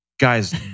Guys